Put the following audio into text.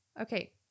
Okay